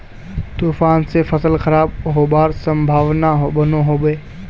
तूफान से फसल खराब होबार संभावना बनो होबे?